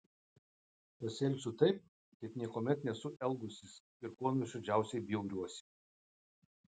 pasielgsiu taip kaip niekuomet nesu elgusis ir kuo nuoširdžiausiai bjauriuosi